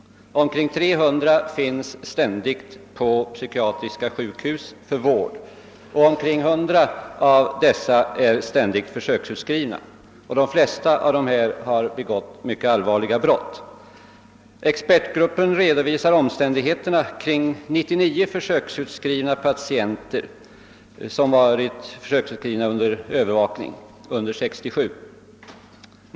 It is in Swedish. Omkring 300 individer finns ständigt på psykiatriska sjukhus för vård, och ca 100 av dessa är ständigt försöksutskrivna. De flesta har begått mycket allvarliga brott. Expertgruppen redovisar omständigheterna kring 99 försöksutskrivna patienter, vilka under år 1967 varit försöksutskrivna under övervakning.